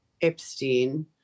Epstein